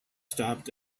stopped